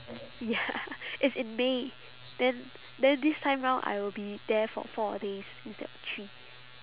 ya it's in may then then this time round I will be there for four days instead of three